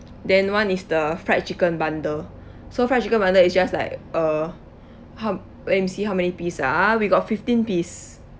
then one is the fried chicken bundle so fried chicken bundle is just like uh how let me see how many piece ah we got fifteen piece